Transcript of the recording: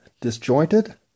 disjointed